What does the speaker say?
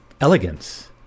elegance